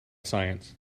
science